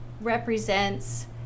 represents